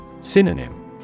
Synonym